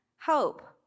hope